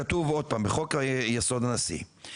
כתוב עוד פעם בחוק היסוד הנשיא,